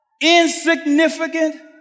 insignificant